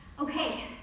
Okay